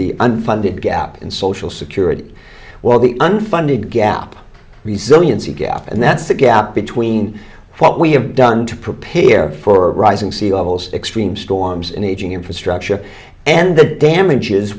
the unfunded gap in social security while the unfunded gap resiliency gap and that's the gap between what we have done to prepare for rising sea levels extreme storms and aging infrastructure and the damages